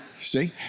See